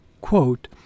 quote